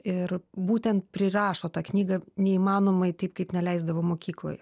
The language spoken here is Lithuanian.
ir būtent prirašo tą knygą neįmanomai taip kaip neleisdavo mokykloje